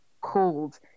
called